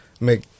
make